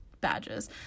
badges